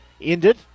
ended